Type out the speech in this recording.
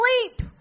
Sleep